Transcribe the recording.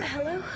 Hello